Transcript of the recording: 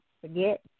forget